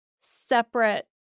separate